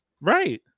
right